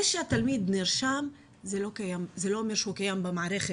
זה שהתלמיד נרשם, זה לא אומר שהוא קיים במערכת.